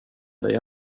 dig